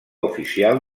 oficial